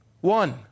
One